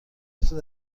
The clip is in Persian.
مترو